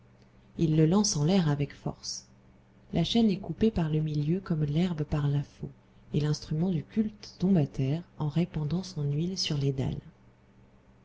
il le lance en l'air avec force la chaîne est coupée par le milieu comme l'herbe par la faux et l'instrument du culte tombe à terre en répandant son huile sur les dalles